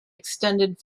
extended